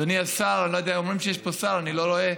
אדוני השר, אומרים שיש פה שר, אני לא רואה,